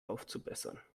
aufzubessern